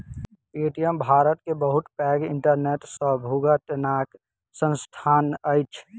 Paytm Bharat के बहुत पैघ इंटरनेट सॅ भुगतनाक संस्थान अछि